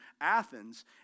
Athens